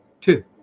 Two